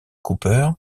cooper